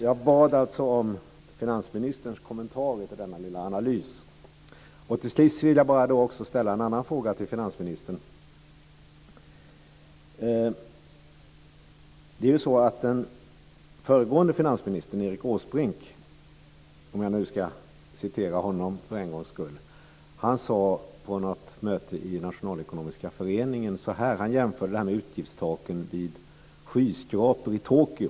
Jag ber alltså om finansministerns kommentarer till denna lilla analys. Jag vill också ställa en annan fråga till finansministern. Den föregående finansministern, Erik Åsbrink - om jag nu ska citera honom för en gångs skull - jämförde på ett möte i Nationalekonomiska föreningen utgiftstaken med skyskrapor i Tokyo.